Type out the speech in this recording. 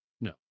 No